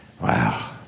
Wow